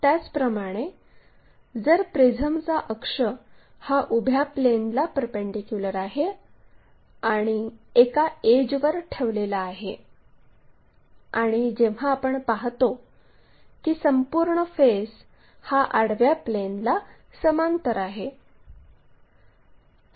त्याचप्रमाणे जर प्रिझमचा अक्ष हा उभ्या प्लेनला परपेंडीक्युलर आहे आणि एका एड्जवर ठेवलेला आहे आणि जेव्हा आपण पाहतो की संपूर्ण फेस हा आडव्या प्लेनला समांतर आहे